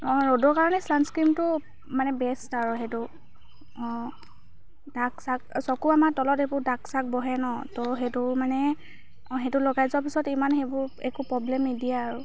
অঁ ৰ'দৰ কাৰণে ছানস্ক্ৰীমটো মানে বেষ্ট আৰু সেইটো অঁ দাগ চাগ চকু আমাৰ তলত এইবোৰ দাগ চাগ বহে ন তো সেইটো মানে অঁ সেইটো লগাই যোৱা পিছত মানে সেইবোৰ একো প্ৰব্লেম নিদিয়ে আৰু